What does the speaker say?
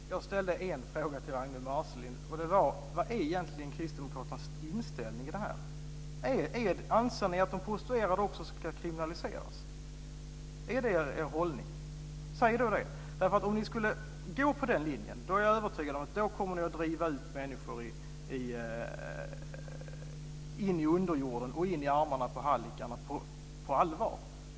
Fru talman! Jag ställde en fråga till Ragnwi Marcelind, och det var vad Kristdemokraternas inställning egentligen är i det här. Anser ni att de prostituerade också ska kriminaliseras? Är det er hållning? Säg då det! Om ni skulle gå på den linjen är jag övertygad om att ni kommer att driva människor ned i underjorden och i armarna på hallickarna på allvar.